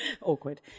awkward